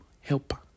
helper